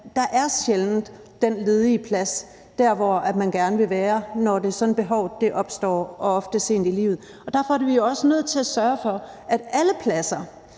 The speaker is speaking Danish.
at der sjældent er den ledige plads der, hvor man gerne vil være, når det er sådan, at behovet opstår, ofte sent i livet. Derfor er vi også nødt til at sørge for, at alle pladser